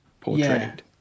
portrayed